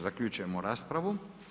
Zaključujemo raspravu.